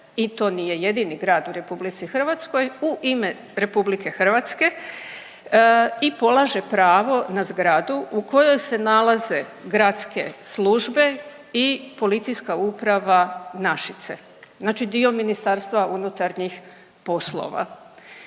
i to nije jedini grad u RH u ime RH i polaže pravo na zgradu u kojoj se nalaze gradske službe i policijska uprava Našice. Znači dio Ministarstva unutarnjih poslova.